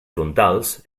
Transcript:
frontals